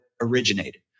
originated